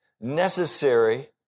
necessary